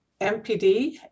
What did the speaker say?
MPD